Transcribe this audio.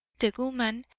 the woman,